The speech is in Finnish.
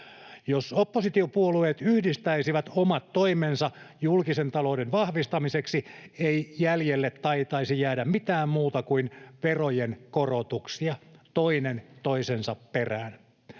Jos oppositiopuolueet yhdistäisivät omat toimensa julkisen talouden vahvistamiseksi, ei jäljelle taitaisi jäädä mitään muuta kuin verojen korotuksia toinen toisensa perään.